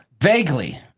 Vaguely